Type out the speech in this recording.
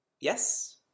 Yes